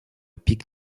pic